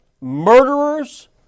murderers